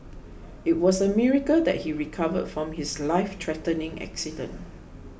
it was a miracle that he recovered from his life threatening accident